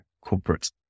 Corporate